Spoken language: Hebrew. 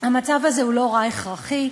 המצב הזה הוא לא רע הכרחי.